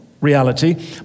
reality